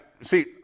see